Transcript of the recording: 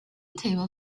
table